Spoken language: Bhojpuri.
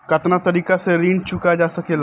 कातना तरीके से ऋण चुका जा सेकला?